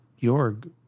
Jorg